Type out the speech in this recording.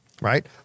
right